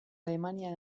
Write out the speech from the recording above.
alemania